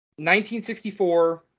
1964